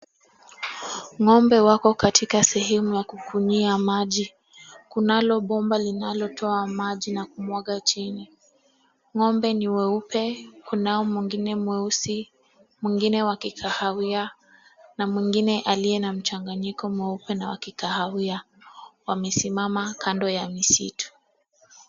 Ng'ombe wako katika sehemu ya kukunywia maji. Kunalo bomba linalotoa maji na kumwaga chini. Ng'ombe ni weupe, kunao mwingine mweusi, mwingine wa kikahawia na mwingine aliye na mchanganyiko mweupe na wa kikahawia. Wamesimama kando ya misitu.